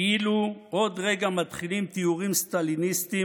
כאילו עוד רגע מתחילים טיהורים סטליניסטיים,